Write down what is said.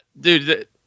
Dude